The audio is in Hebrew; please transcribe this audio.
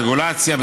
הרגולציה,